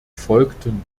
folgten